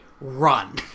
run